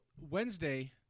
Wednesday